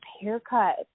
haircut